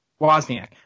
Wozniak